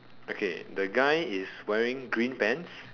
okay the guy is wearing green pants